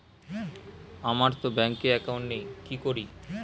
আমারতো ব্যাংকে একাউন্ট নেই কি করি?